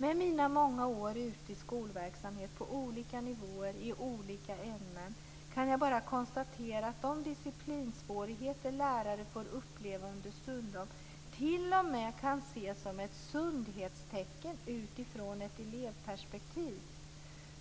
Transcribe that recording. Med mina många år ute i skolverksamhet på olika nivåer i olika ämnen kan jag bara konstatera att de disciplinsvårigheter som lärare understundom får uppleva t.o.m. kan ses som ett sundhetstecken utifrån ett elevperspektiv.